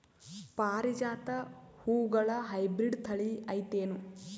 ಪಾರಿಜಾತ ಹೂವುಗಳ ಹೈಬ್ರಿಡ್ ಥಳಿ ಐತೇನು?